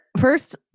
First